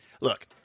Look